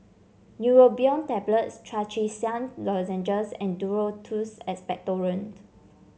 Neurobion Tablets Trachisan Lozenges and Duro Tuss Expectorant